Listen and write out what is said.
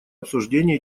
обсуждения